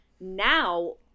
now